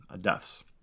deaths